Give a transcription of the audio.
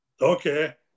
okay